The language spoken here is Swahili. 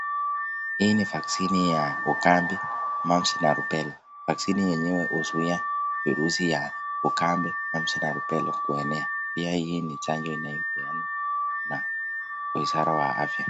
Hii ni vaksini ya ukadi ,mumps na rubella, vaksini yenyewe husuia virusi ya ukadi na rubella kuenea pia hii ni chanjo inayopeanwa na wizara ya afya.